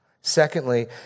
Secondly